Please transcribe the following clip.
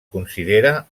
considera